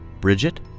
Bridget